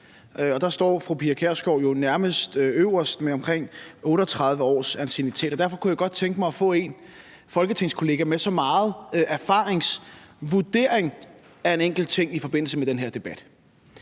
der står fru Pia Kjærsgaard jo nærmest øverst med omkring 38 års anciennitet. Derfor kunne jeg godt tænke mig at få en vurdering fra en folketingskollega med så meget erfaring af en enkelt ting i forbindelse med den her debat,